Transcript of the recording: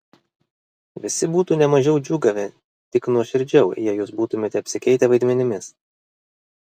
visi būtų ne mažiau džiūgavę tik nuoširdžiau jei jūs būtumėte apsikeitę vaidmenimis